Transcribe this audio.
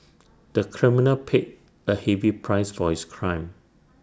the criminal paid A heavy price for his crime